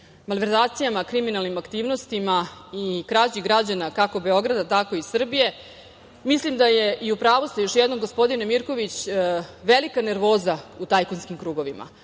malverzacijama, kriminalnim aktivnostima i krađi građana, kako Beograda, tako i Srbije, mislim da je, i u pravu ste, još jednom, gospodine Mirković, velika nervoza u tajkunskim krugovima,